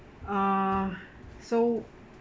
err so